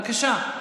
בבקשה.